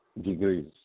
degrees